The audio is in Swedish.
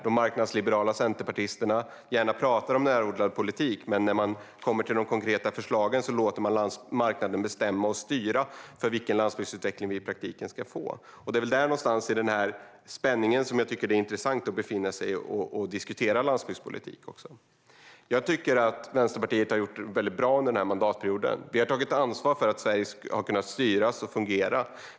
De marknadsliberala centerpartisterna pratar gärna om närodlad politik, men när de kommer till de konkreta förslagen låter de marknaden bestämma och styra vilken landsbygdsutveckling vi i praktiken ska få. Det är väl där någonstans, i den spänningen, som jag tycker att det är intressant att diskutera landsbygdspolitik. Jag tycker att Vänsterpartiet har gjort bra ifrån sig under mandatperioden. Vi har tagit ansvar för att Sverige har kunnat styras och fungera.